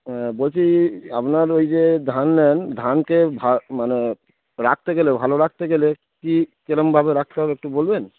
হ্যাঁ বলছি আপনার ওই যে ধান নেন ধানকে ভা মানে রাখতে গেলে ভালো রাখতে গেলে কী কীরকমভাবে রাখতে হবে একটু বলবেন